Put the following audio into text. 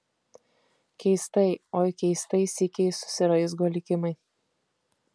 keistai oi keistai sykiais susiraizgo likimai